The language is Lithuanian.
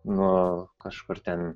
nu kažkur ten